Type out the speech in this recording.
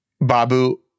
Babu